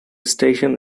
station